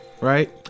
right